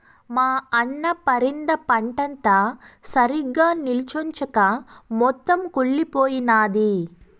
మా అన్న పరింద పంటంతా సరిగ్గా నిల్చొంచక మొత్తం కుళ్లిపోయినాది